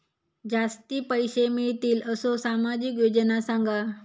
जास्ती पैशे मिळतील असो सामाजिक योजना सांगा?